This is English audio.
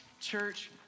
Church